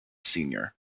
senior